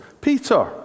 Peter